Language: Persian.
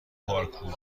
پارکور